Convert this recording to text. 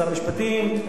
שר המשפטים,